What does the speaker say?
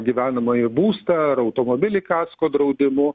gyvenamąjį būstą ar automobilį kasko draudimu